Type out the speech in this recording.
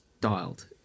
dialed